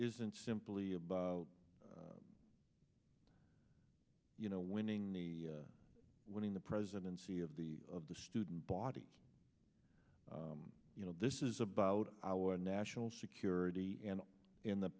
isn't simply about you know winning the winning the presidency of the of the student body you know this is about our national security and in the